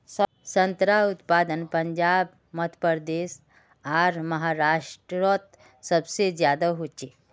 संत्रार उत्पादन पंजाब मध्य प्रदेश आर महाराष्टरोत सबसे ज्यादा होचे